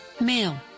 male